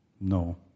No